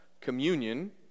communion